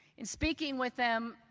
in speaking with them,